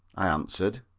i answered.